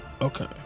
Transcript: okay